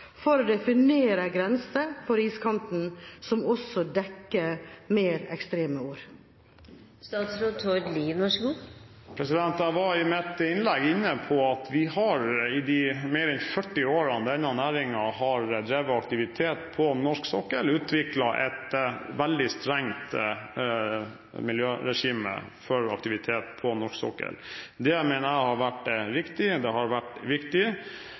for å definere en grense for iskanten som også dekker mer ekstreme år. Jeg var i mitt innlegg inne på at vi i løpet av de mer enn 40 årene som denne næringen har drevet aktivitet på norsk sokkel, har utviklet et veldig strengt miljøregime for aktivitet på norsk sokkel. Det mener jeg har vært riktig og viktig. Det